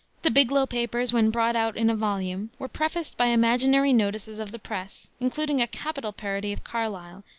the biglow papers when brought out in a volume were prefaced by imaginary notices of the press, including a capital parody of carlyle,